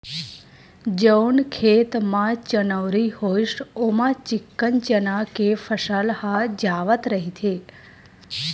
जउन खेत म चनउरी होइस ओमा चिक्कन चना के फसल ह जावत रहिथे